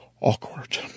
awkward